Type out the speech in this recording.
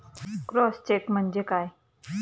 Cross check म्हणजे काय?